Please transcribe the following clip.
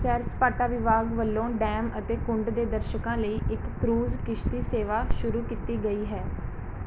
ਸੈਰ ਸਪਾਟਾ ਵਿਭਾਗ ਵੱਲੋਂ ਡੈਮ ਅਤੇ ਕੁੰਡ ਦੇ ਦਰਸ਼ਕਾਂ ਲਈ ਇੱਕ ਕਰੂਜ਼ ਕਿਸ਼ਤੀ ਸੇਵਾ ਸ਼ੁਰੂ ਕੀਤੀ ਗਈ ਹੈ